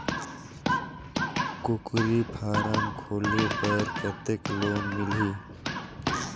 कूकरी फारम खोले बर कतेक लोन मिलही?